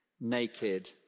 Naked